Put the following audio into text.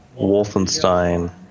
Wolfenstein